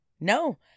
No